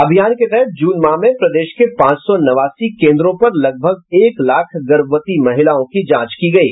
अभियान के तहत जून माह में प्रदेश के पांच सौ नवासी केन्द्रों पर लगभग एक लाख गर्भवती महिलाओं की जांच की गयी